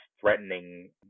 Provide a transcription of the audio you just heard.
threatening